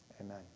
Amen